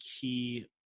key